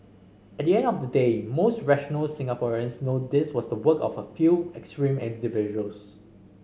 at the end of the day most rational Singaporeans know this was the work of a few extreme individuals